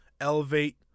elevate